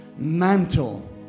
Mantle